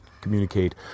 communicate